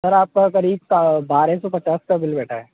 sir आपका करीब बारह सौ पचास का बिल बैठा है